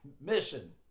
mission